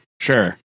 sure